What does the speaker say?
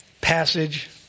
passage